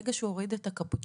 ברגע שהיא הורידה את הקפוצ'ון,